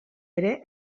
ere